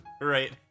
Right